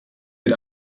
mit